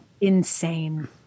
insane